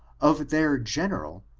of their general,